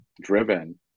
driven